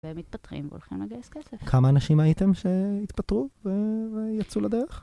- והם מתפטרים והולכים לגייס כסף. - כמה אנשים הייתם שהתפטרו ויצאו לדרך?